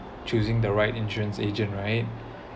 choosing the right insurance agent right